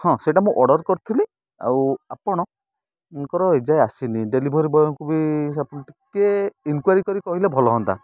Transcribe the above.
ହଁ ସେଇଟା ମୁଁ ଅର୍ଡ଼ର କରିଥିଲି ଆଉ ଆପଣଙ୍କର ଏଯାଏଁ ଆସିନି ଡେଲିଭରି ବୟଙ୍କୁ ବି ଆପଣ ଟିକେ ଇନକ୍ଵାରୀ କରି କହିଲେ ଭଲ ହଅନ୍ତା